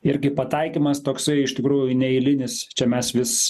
irgi pataikymas toksai iš tikrųjų neeilinis čia mes vis